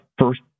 first